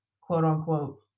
quote-unquote